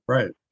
Right